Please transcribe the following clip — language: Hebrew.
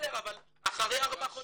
אחרי ארבעה חודשים,